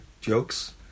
jokes